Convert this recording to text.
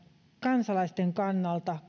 kansalaisten kannalta